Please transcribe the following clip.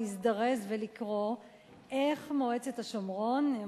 להזדרז ולקרוא איך מועצת השומרון,